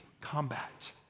combat